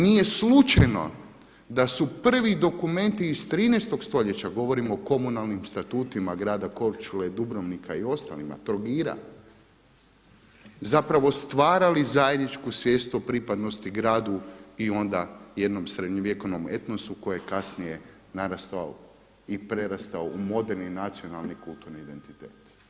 Nije slučajno da su prvi dokumenti iz 13 stoljeća govorim o komunalnim statutima grada Korčule i Dubrovnika i ostalima Trogira zapravo stvarali zajedničku svijest o pripadnosti gradu i onda jednom srednjovjekovnom etnosu koji je kasnije narastao i prerastao u moderni nacionalni kulturni identitet.